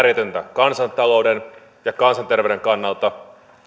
kansantalouden ja kansanterveyden kannalta